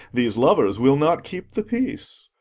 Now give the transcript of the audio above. these lovers will not keep the peace.